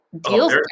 deals